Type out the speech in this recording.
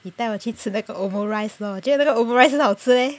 你带我去吃那个 omurice lor 我觉得那个 omurice 很好吃 eh